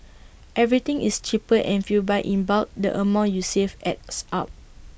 everything is cheaper and if you buy in bulk the amount you save adds up